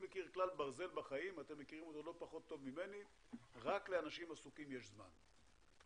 יש כלל ברזל בחיים שרק לאנשים עסוקים יש זמן.